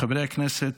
חברי כנסת,